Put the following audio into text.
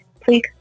please